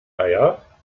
eier